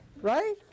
right